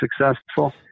successful